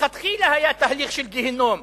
מלכתחילה היה תהליך של גיהינום.